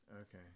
Okay